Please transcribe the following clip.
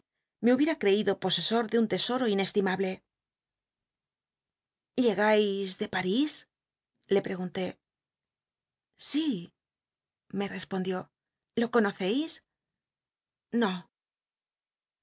e hubiera ct'eido posesor de un trofeo inestimable liegais de parís le prc unlé sí me respondió lo conoccis